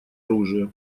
оружия